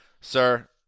Sir